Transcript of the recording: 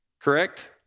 correct